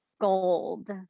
gold